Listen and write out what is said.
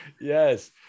Yes